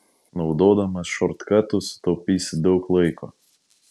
naudodamas šortkatus sutaupysi daug laiko